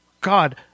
God